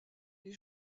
les